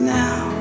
now